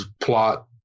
plot